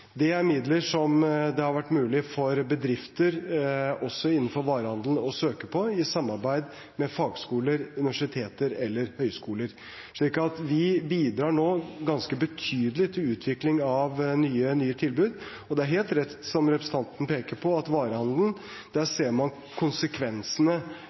Det er midler som det har vært mulig for bedrifter også innenfor varehandelen å søke på, i samarbeid med fagskoler, universiteter eller høyskoler. Så vi bidrar nå ganske betydelig til utvikling av nye tilbud. Det er helt rett som representanten peker på, at i varehandelen